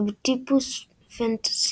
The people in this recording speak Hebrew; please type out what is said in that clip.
אבטיפוס פנטסטי.